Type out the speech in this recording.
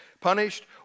punished